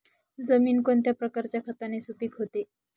जमीन कोणत्या प्रकारच्या खताने सुपिक होते?